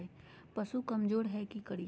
पशु कमज़ोर है कि करिये?